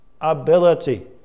ability